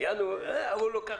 בואו נשמע